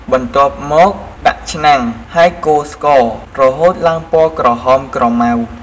បន្ទាប់មកដាក់ឆ្នាំង ហេីយកូរស្ករ រហូតឡើងពណ៌ក្រហមក្រម៉ៅ។